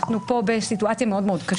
אנחנו כאן בסיטואציה מאוד מאוד קשה.